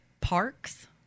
parks